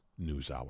NewsHour